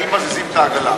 האם מזיזים את העגלה.